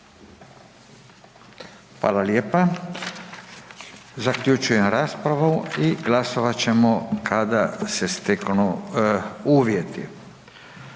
Hvala lijepa. Zaključujem raspravu i glasovat ćemo kada se steknu uvjeti.